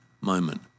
moment